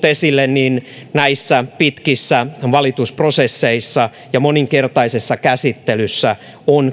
esille näissä pitkissä valitusprosesseissa ja moninkertaisessa käsittelyssä on